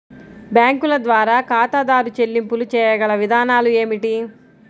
బ్యాంకుల ద్వారా ఖాతాదారు చెల్లింపులు చేయగల విధానాలు ఏమిటి?